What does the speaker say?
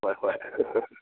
ꯍꯣꯏ ꯍꯣꯏ